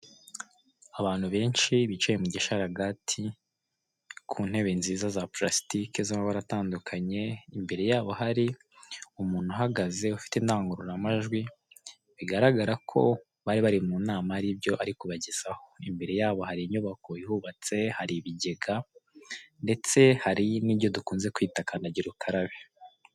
Abantu benshi bicaye mu gisharagati, ku ntebe nziza za pulasitikez'amabara atandukanye, imbere yabo hari umuntu uhagaze ufite indangururamajwi bigaragara ko bari bari mu nama hari ibyo ari kubagezaho, imbere yabo hari inyubako ihubatse hari ibigega, ndetse hari n'ibyo dukunze kwita kandagira ukarabe.